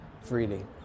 freely